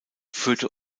führte